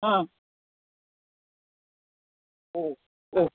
ആ ഓ ഓ